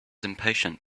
impatient